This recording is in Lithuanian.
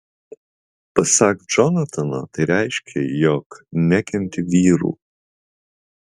pasak džonatano tai reiškia jog nekenti vyrų